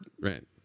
right